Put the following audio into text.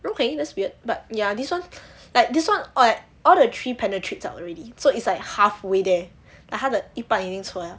okay that's weird but ya this [one] like this [one] all right like all the three penetrated out already so it's like halfway there like 他的一半已经出来